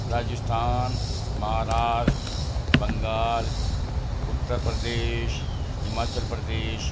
Rajasthan Maharashtra Bengal Uttar Pradesh Himachal Pradesh